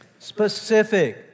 Specific